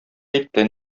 әйтте